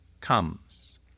comes